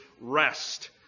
rest